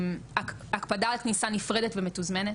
הקפדה על כניסה נפרדת ומתוזמנת,